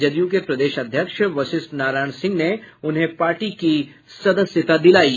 जदयू के प्रदेश अध्यक्ष वशिष्ठ नारायण सिंह ने उन्हें पार्टी की सदस्यता दिलायी